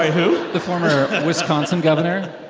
who? the former wisconsin governor